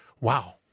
Wow